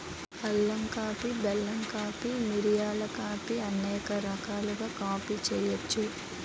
అల్లం కాఫీ బెల్లం కాఫీ మిరియాల కాఫీ అనేక రకాలుగా కాఫీ చేయొచ్చు